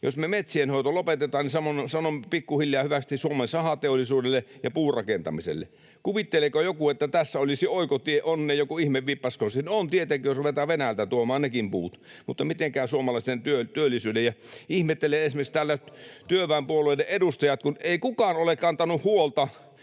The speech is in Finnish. Jos me metsien hoito lopetetaan, niin sanomme pikkuhiljaa hyvästi Suomen sahateollisuudelle ja puurakentamiselle. Kuvitteleeko joku, että tässä olisi oikotie onneen, joku ihme vippaskonsti? No, on tietenkin, jos ruvetaan Venäjältä tuomaan nekin puut, mutta miten käy suomalaisten työllisyyden? [Petri Hurun välihuuto] Ihmettelen täällä esimerkiksi työväenpuolueiden edustajia, kun ei kukaan ole kantanut huolta